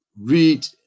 read